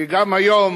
כי גם היום